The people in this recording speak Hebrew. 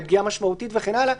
לפגיעה משמעותית וכן הלאה.